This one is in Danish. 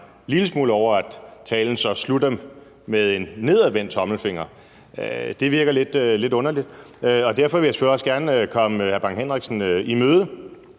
en lille smule over, at talen så slutter med en nedadvendt tommelfinger. Det virker lidt underligt, og derfor vil jeg også gerne komme hr. Preben Bang Henriksen lidt i møde.